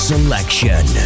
Selection